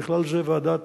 ובכלל זה ועדת-צמח,